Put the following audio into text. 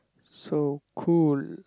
so cool